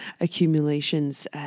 accumulations